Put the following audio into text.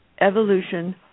Evolution